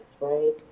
right